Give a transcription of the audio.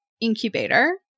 incubator